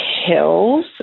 Hills